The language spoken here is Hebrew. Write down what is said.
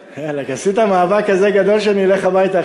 עשית מאבק כזה גדול שאני אלך הביתה,